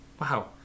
Wow